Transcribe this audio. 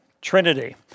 Trinity